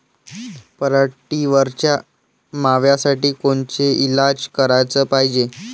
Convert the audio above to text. पराटीवरच्या माव्यासाठी कोनचे इलाज कराच पायजे?